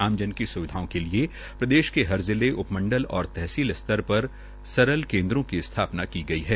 आमजन की स्विधाओं के लिए प्रदेश के हर जिले उपमंडल और तहसील स्तर पर सरल केन्द्रों की स्थापना की गई है